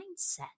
mindset